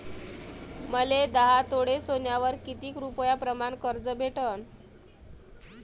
मले दहा तोळे सोन्यावर कितीक रुपया प्रमाण कर्ज भेटन?